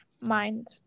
mind